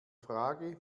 frage